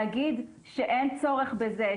להגיד שאין צורך בזה,